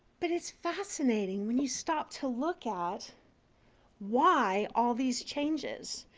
but it's fascinating when you stop to look at why all these changes.